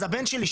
אז הבן שלי,